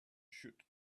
shoot